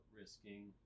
risking